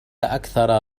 أكثر